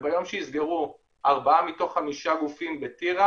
וביום שיסגרו ארבעה מתוך חמישה גופים בטירה